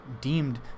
deemed